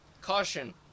caution